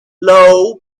low